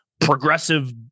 progressive